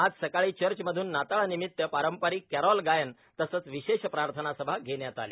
आज सकाळी चर्चमधून नाताळनिमित पारंपरिक कॅरोल गायन तसंच विशेष प्रार्थनासभा घेण्यात आल्या